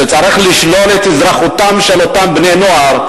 שצריך לשלול את אזרחותם של אותם בני-נוער,